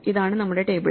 ഇതാണ് നമ്മുടെ ടേബിൾ